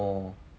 oh